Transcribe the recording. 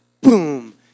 Boom